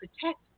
protect